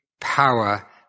power